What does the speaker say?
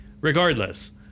Regardless